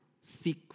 seek